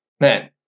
man